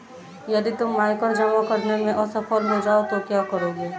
यदि तुम आयकर जमा करने में असफल हो जाओ तो क्या करोगे?